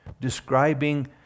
describing